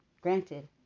granted